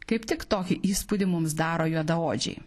kaip tik tokį įspūdį mums daro juodaodžiai